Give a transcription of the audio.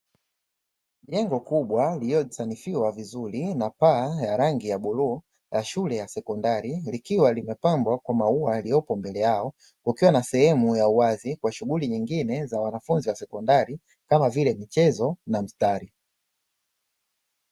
Jengo kubwa liliosanifiwa vizuri na paa ya rangi ya bluu la shule ya sekondari, likiwa limepambwa kwa maua yaliyopo mbele yao. Kukiwa na sehemu ya uwazi kwa shughuli nyingine za wanafunzi wa sekondari kama vile michezo na mstari.